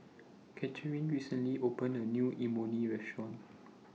Cathrine recently opened A New Imoni Restaurant